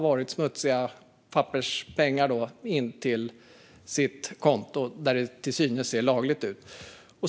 De smutsiga papperspengarna finns nu på kontot, där de ser lagliga ut.